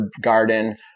garden